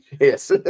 Yes